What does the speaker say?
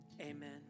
amen